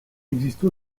existe